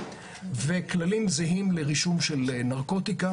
וכללים זהים לרישום של נרקוטיקה.